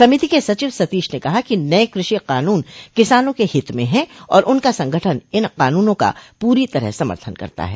समिति के सचिव सतीश ने कहा कि नये कृषि कानून किसानों के हित में हैं और उनका संगठन इन कानूनों का पूरी तरह समर्थन करता है